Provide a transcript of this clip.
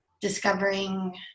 discovering